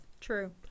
True